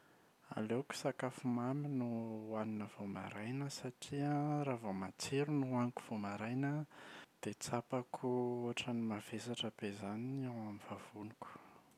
Aleoko sakafo mamy no hoanina vao maraina satria an raha vao matsiro no hoaniko vao maraina an dia tsapako ohatra ny mavesatra be izany ny ao amin’ny vavoniko.